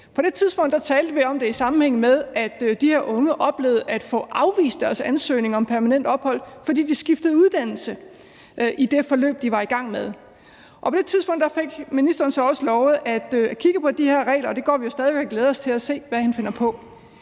På det tidspunkt talte vi om det i sammenhæng med, at de her unge oplevede at få afvist deres ansøgning om permanent ophold, fordi de skiftede uddannelse i det forløb, de var i gang med. På det tidspunkt fik ministeren så også lovet at kigge på de her regler, og vi går jo stadig væk og glæder os til at se, hvad han finder på.